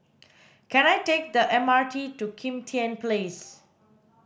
can I take the M R T to Kim Tian Place